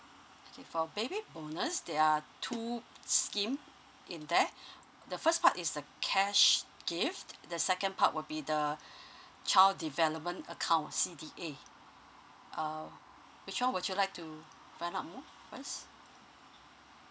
okay for baby bonus there are two scheme in there the first part is the cash gift the second part will be the child development account c d a uh which one would you like to find out more first